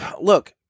look